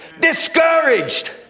discouraged